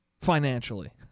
financially